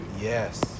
yes